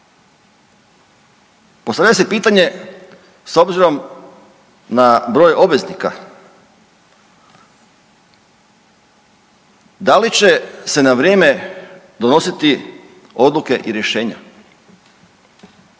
Postavlja se pitanje s obzirom na broj obveznika da li će se na vrijeme donositi odluke i rješenja,